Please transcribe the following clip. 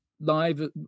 live